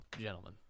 gentlemen